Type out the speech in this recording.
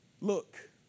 look